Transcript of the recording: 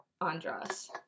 andras